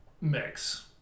mix